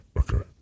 okay